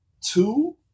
two